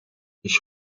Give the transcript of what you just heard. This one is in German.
ich